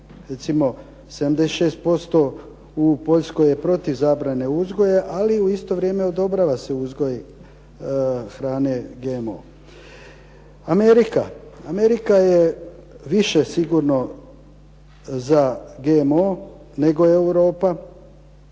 Recimo, 76% u Poljskoj je protiv zabrane uzgoja ali u isto vrijeme odobrava se uzgoj hrane GMO. Amerika je više sigurno za GMO nego Europa.